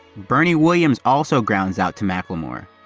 bernie williams also grounds out to mclemore,